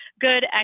good